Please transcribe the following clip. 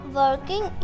working